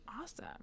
awesome